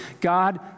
God